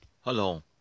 Hello